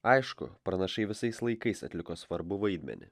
aišku pranašai visais laikais atliko svarbų vaidmenį